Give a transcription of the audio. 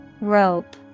Rope